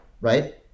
right